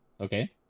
Okay